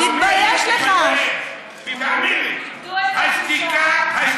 תפתח אטלס, תראה איפה זה הגדה המערבית.